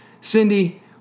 Cindy